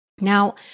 Now